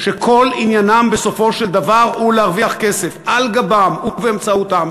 שכל עניינם בסופו של דבר הוא להרוויח כסף על גבם ובאמצעותם,